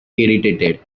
irritated